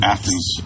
Athens